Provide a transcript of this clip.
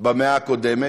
במאה הקודמת,